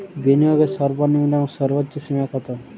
বিনিয়োগের সর্বনিম্ন এবং সর্বোচ্চ সীমা কত?